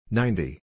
ninety